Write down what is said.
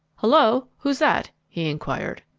hullo? who's that? he enquired.